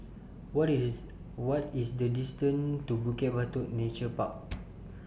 What IS What IS The distance to Bukit Batok Nature Park